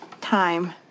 time